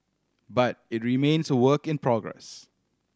but it remains a work in progress